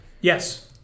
Yes